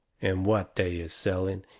and what they is selling,